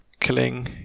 killing